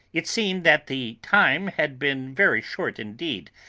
it seemed that the time had been very short indeed,